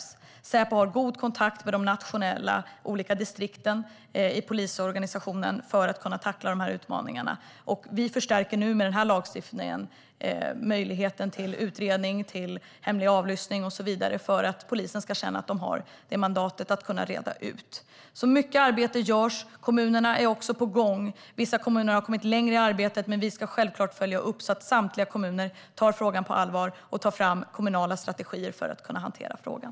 Säpo har god kontakt med de olika distrikten i polisorganisationen för att kunna tackla dessa utmaningar. Vi förstärker i och med denna lagstiftning möjligheten till utredning, hemlig avlyssning och så vidare för att polisen ska känna att man har mandat att reda ut. Mycket arbete görs, och kommunerna är på gång. Vissa kommuner har kommit längre i arbetet, men vi ska självklart följa upp så att samtliga kommuner tar frågan på allvar och tar fram kommunala strategier för att kunna hantera frågan.